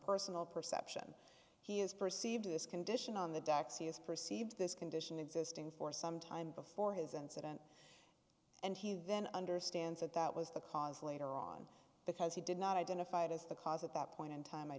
personal perception he is perceived this condition on the dax he is perceived this condition existing for some time before his incident and he then understands that that was the cause later on because he did not identify it as the cause at that point in time i